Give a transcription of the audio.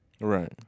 Right